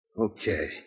Okay